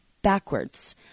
backwards